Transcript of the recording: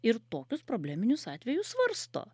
ir tokius probleminius atvejus svarsto